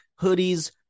hoodies